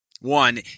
one